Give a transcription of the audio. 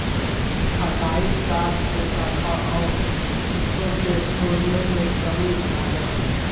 छंटाई कार्य से शाखा ओर खूंटों के मुड़ने में कमी आवो हइ